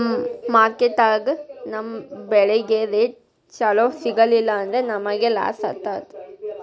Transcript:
ಮಾರ್ಕೆಟ್ದಾಗ್ ನಮ್ ಬೆಳಿಗ್ ರೇಟ್ ಚೊಲೋ ಸಿಗಲಿಲ್ಲ ಅಂದ್ರ ನಮಗ ಲಾಸ್ ಆತದ್